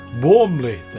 Warmly